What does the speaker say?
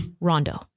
Rondo